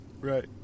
Right